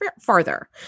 farther